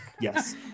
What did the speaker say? Yes